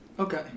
Okay